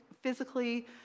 physically